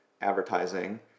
advertising